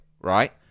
right